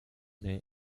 del